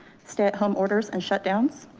stay at home orders and shut downs.